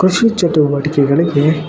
ಕೃಷಿ ಚಟುವಟಿಕೆಗಳಿಗೆ